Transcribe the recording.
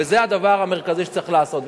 וזה הדבר המרכזי שצריך לעשות.